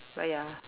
but ya